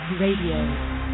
Radio